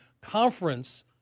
conference